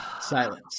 Silence